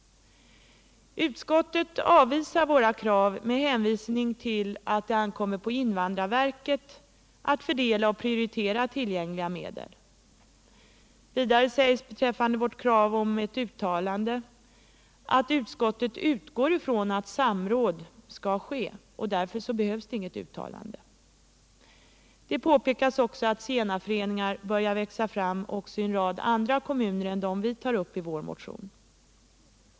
Utskottet avvisar våra krav med hänvisning till att det ankommer på invandrarverket att fördela och prioritera tillgängliga medel. Vidare sägs beträffande vårt krav om ett uttalande att utskottet utgår ifrån att samråd skall ske och att det därför inte behövs något uttalande. Det påpekas också att zigenarföreningar börjar växa fram även i en rad andra kommuner än de vi tagit upp i vår motion.